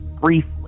briefly